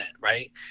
right